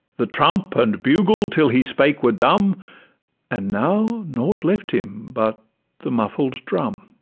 the trump and bugle till he spake were dumb and now nought left him but the muffled drum